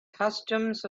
customs